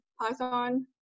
Python